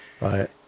Right